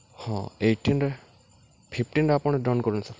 ହଁ ଏଇଟିନ୍ରେ ଫିଫ୍ଟିନ୍ରେ ଆପଣ୍ ଡନ୍ କରୁନ୍ ସାର୍